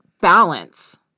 balance